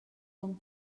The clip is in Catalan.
bon